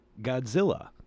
Godzilla